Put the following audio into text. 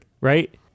Right